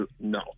No